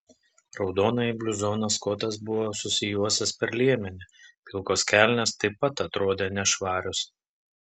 raudonąjį bluzoną skotas buvo susijuosęs per liemenį pilkos kelnės taip pat atrodė nešvarios